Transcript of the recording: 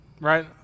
Right